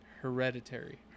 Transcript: Hereditary